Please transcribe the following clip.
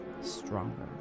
stronger